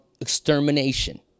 extermination